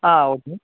ആ ഓക്കേ